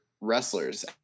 wrestlers